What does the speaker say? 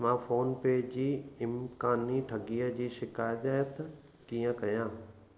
मां फोन पे जी इम्कानी ठॻीअ जी शिकायत कीअं कयां